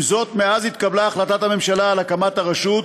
עם זאת, מאז התקבלה החלטת הממשלה על הקמת הרשות,